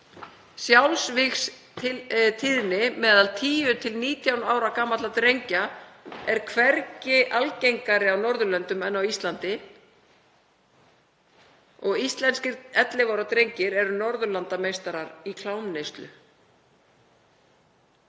sjálfsvígstíðni meðal 10–19 ára gamalla drengja er hvergi meiri á Norðurlöndum en á Íslandi og íslenskir 11 ára drengir eru Norðurlandameistarar í klámneyslu.